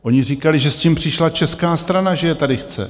Oni říkali, že s tím přišla česká strana, že je tady chce.